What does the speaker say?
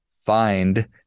find